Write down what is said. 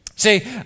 See